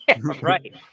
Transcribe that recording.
Right